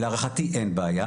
'להערכתי אין בעיה,